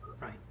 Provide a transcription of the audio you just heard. Right